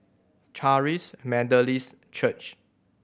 Charis Methodist Church